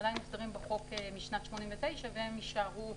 עדיין מוסדרים בחוק משנת 89' והם יישארו.